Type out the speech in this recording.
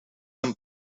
een